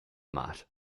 mat